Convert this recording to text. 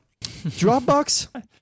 Dropbox